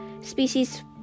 species